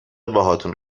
باهاتون